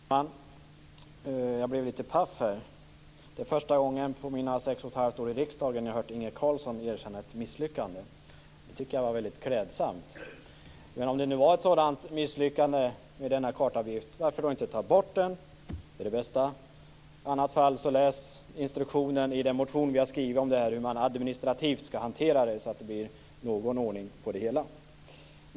Herr talman! Jag blev litet paff. Det är första gången på mina 6 1⁄2 år i riksdagen som jag har hört Inge Carlsson erkänna ett misslyckande. Det tycker jag var mycket klädsamt. Men om nu kartavgiften var ett sådant misslyckande varför inte ta bort den? Det är det bästa. I annat fall: Läs instruktionen i den motion vi har skrivit om hur man administrativt skall hantera detta så att det blir någon ordning på det hela!